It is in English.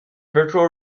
virtual